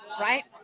right